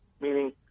meaning